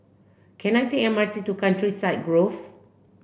can I take M R T to Countryside Grove